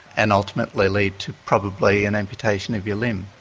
and ultimately lead to probably an amputation of your limb?